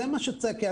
זה מה שצריך.